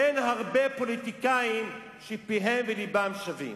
אין הרבה פוליטיקאים שפיהם ולבם שווים.